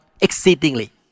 exceedingly